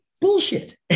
Bullshit